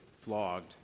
flogged